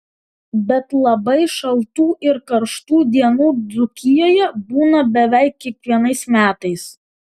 bet labai šaltų ir karštų dienų dzūkijoje būna beveik kiekvienais metais